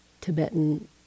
Tibetan